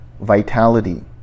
vitality